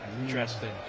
Interesting